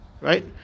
right